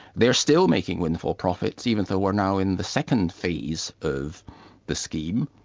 they're still making windfall profits, even though we're now in the second phase of the scheme.